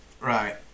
right